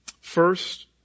First